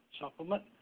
supplement